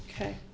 Okay